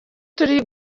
turi